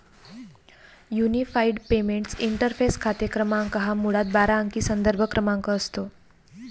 unified payments interface खाते क्रमांक हा मुळात बारा अंकी संदर्भ क्रमांक असतो